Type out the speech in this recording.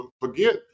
forget